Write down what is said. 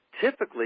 Typically